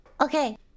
okay